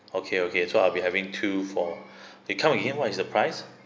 okay okay so I'll be having two for can come again what is the price